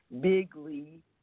bigly